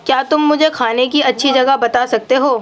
کیا تم مجھے کھانے کی اچھی جگہ بتا سکتے ہو